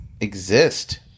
exist